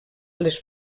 les